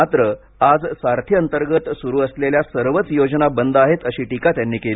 मात्र आज सारथीअंतर्गत सुरू असलेल्या सर्वच योजना बंद आहेत अशी टीका त्यांनी केली